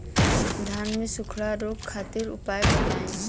धान के सुखड़ा रोग खातिर उपाय बताई?